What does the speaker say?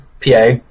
PA